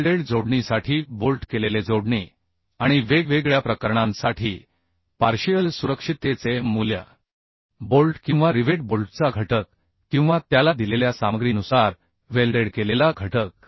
welded जोडणीसाठी bolt केलेले जोडणी आणि वेगवेगळ्या प्रकरणांसाठी पार्शिअल सुरक्षिततेचे मूल्य बोल्ट किंवा रिवेट बोल्टचा घटक किंवा त्याला दिलेल्या सामग्रीनुसार वेल्डेड केलेला घटक